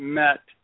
met